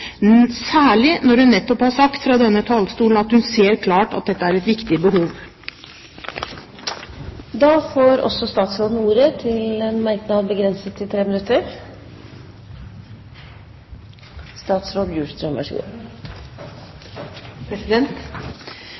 seg, særlig når hun nettopp har sagt fra denne talerstolen at hun ser klart at dette er et viktig behov. Jeg vil også få lov til å avslutte med å takke for debatten. Jeg er glad for at det er en så